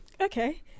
okay